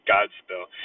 Godspell